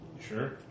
sure